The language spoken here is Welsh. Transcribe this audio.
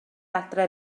adre